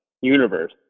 universe